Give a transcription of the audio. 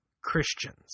Christians